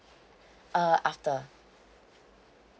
uh after